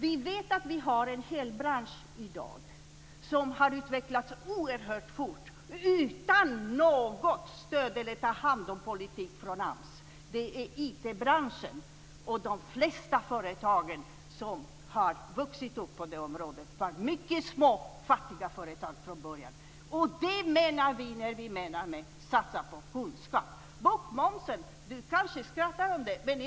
Vi vet att vi i dag har en hel bransch som har utvecklats oerhört fort utan något stöd eller ta-hand-om-politik från AMS. Det är IT-branschen. De flesta företag som har vuxit upp på det området var mycket små fattiga företag från början. Det är vad vi menar med att satsa på kunskap. Hans Andersson kanske skrattar åt vårt förslag om bokmomsen.